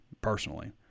personally